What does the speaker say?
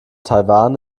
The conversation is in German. taiwan